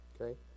okay